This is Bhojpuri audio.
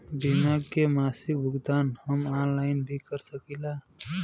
बीमा के मासिक भुगतान हम ऑनलाइन भी कर सकीला?